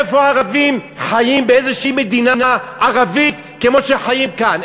איפה ערבים חיים באיזושהי מדינה ערבית כמו שהם חיים כאן?